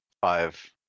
five